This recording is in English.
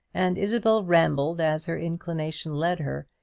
and isabel rambled as her inclination led her,